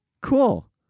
Cool